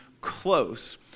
close